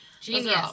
Genius